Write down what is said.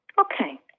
okay